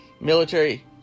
military